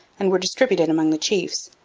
and were distributed among the chiefs,